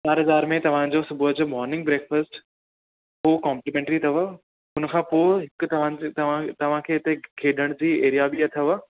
चारि हज़ार में तव्हां जो सुबुह जो मोरनिंग ब्रेकफास्ट उहो कॉम्लीमेंट्री अथव हुन खां पोइ हिक तव्हां खे हिते खेॾण जी एरिआ बि अथव